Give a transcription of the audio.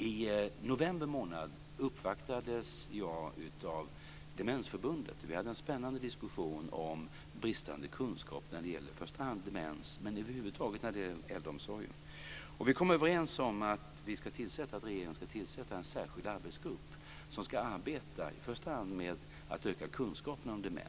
I november månad uppvaktades jag av Demensförbundet. Vi hade en spännande diskussion om bristande kunskap om i första hand demens och över huvud taget när det gäller äldreomsorgen. Vi kom överens om att regeringen ska tillsätta en särskild arbetsgrupp som ska arbeta med i första hand att öka kunskapen om demens.